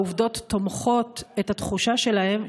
העובדות תומכות את התחושה שלהם,